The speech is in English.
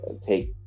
take